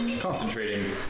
concentrating